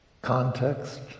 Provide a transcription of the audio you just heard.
Context